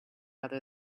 other